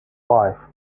five